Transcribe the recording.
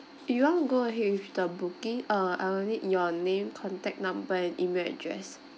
you want go ahead with the booking uh I'll need your name contact number and email address